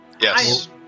Yes